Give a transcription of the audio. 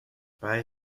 bei